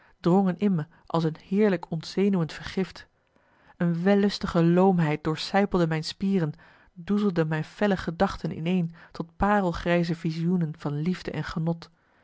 drongen in me als een heerlijk ontzenuwend vergift een wellustige loomheid doorsijpelde mijn spieren doezelde mijn felle gedachten ineen tot parelgrijze visioenen van liefde en genot